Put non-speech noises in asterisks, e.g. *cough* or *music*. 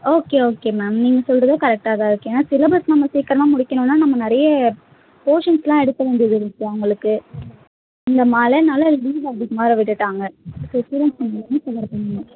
okay okay ma'am நீங்கள் சொல்வதும் கரெக்டாக தான் இருக்குது ஏனால் சிலபஸ் நம்ம சீக்கிரமாக முடிக்கணும்னா நம்ம நிறைய போர்ஷன்ஸெலாம் எடுக்க வேண்டியது இருக்குது அவர்களுக்கு இந்த மழைனால லீவு அதிகமாக வேறு விட்டுட்டாங்க ஸோ ஸ்டூடெண்ட்ஸ் வந்து *unintelligible*